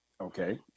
Okay